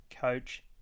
coach